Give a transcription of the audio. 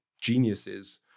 geniuses